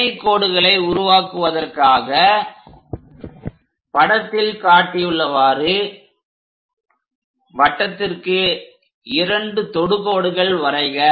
இணைகோடுகளை உருவாக்குவதற்காக படத்தில் காட்டியுள்ளவாறு வட்டத்திற்கு இரண்டு தொடுகோடுகள் வரைக